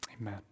Amen